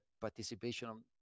participation